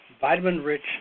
vitamin-rich